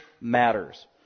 matters